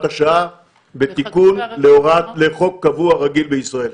השעה בתיקון לחוק קבוע רגיל בישראל.